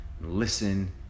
listen